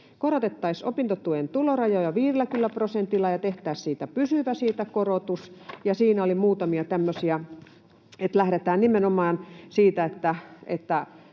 Korotettaisiin opintotuen tulorajoja 50 prosentilla, ja tehtäisiin pysyvä siitä korotuksesta. Siinä oli muutamia tämmöisiä, joissa lähdetään nimenomaan siitä, että